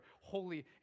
holy